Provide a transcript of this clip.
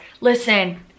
Listen